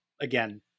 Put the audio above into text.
again